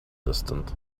distant